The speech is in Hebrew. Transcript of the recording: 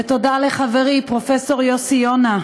ותודה לחברי פרופסור יוסי יונה,